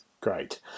Great